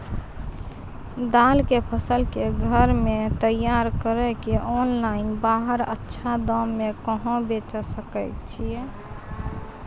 दाल के फसल के घर मे तैयार कड़ी के ऑनलाइन बाहर अच्छा दाम मे कहाँ बेचे सकय छियै?